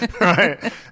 right